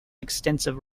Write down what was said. extensive